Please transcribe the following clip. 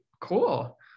Cool